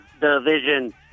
Division